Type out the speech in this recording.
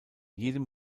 jedem